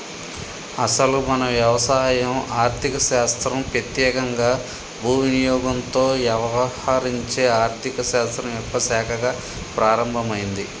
అసలు మన వ్యవసాయం ఆర్థిక శాస్త్రం పెత్యేకంగా భూ వినియోగంతో యవహరించే ఆర్థిక శాస్త్రం యొక్క శాఖగా ప్రారంభమైంది